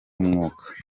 umwuka